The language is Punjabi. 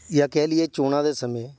ਜਾਂ ਕਹਿ ਲਈਏ ਚੋਣਾਂ ਦੇ ਸਮੇਂ